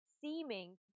seeming